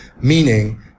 meaning